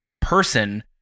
person